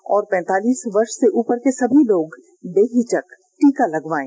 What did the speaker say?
और पैंतालीस वर्ष से उपर के सभी लोग बेहिचक टीका लगवायें